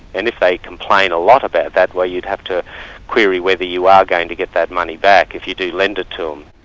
and if they complain a lot about that, well you'd have to query whether you are going to get that money back, if you do lend it to um